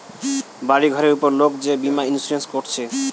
বাড়ি ঘরের উপর লোক যে বীমা ইন্সুরেন্স কোরছে